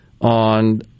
on